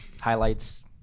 Highlights